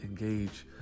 engage